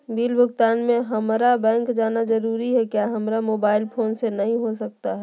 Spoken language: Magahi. बिल भुगतान में हम्मारा बैंक जाना जरूर है क्या हमारा मोबाइल फोन से नहीं हो सकता है?